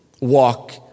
walk